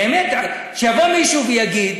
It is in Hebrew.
באמת, שיבוא מישהו ויגיד